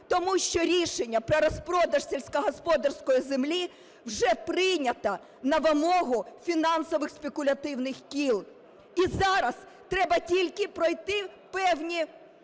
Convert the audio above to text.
Тому що рішення про розпродаж сільськогосподарської землі вже прийнято на вимогу фінансових спекулятивних кіл. І зараз треба тільки пройти певні,